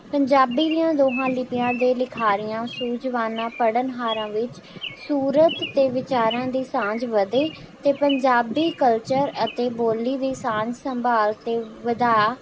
ਪੰਜਾਬੀ ਦੀਆਂ ਦੋਹਾਂ ਲਿੱਪੀਆਂ ਦੇ ਲਿਖਾਰੀਆਂ ਸੂਝਵਾਨਾਂ ਪੜ੍ਹਨਹਾਰਾਂ ਵਿੱਚ ਸੂਰਤ ਅਤੇ ਵਿਚਾਰਾਂ ਦੀ ਸਾਂਝ ਵਧੇ ਅਤੇ ਪੰਜਾਬੀ ਕਲਚਰ ਅਤੇ ਬੋਲੀ ਦੀ ਸਾਂਝ ਸੰਭਾਲ ਅਤੇ ਵਧਾ